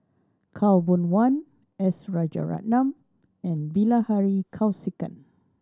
Khaw Boon Wan S Rajaratnam and Bilahari Kausikan